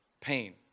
pain